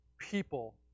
people